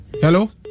hello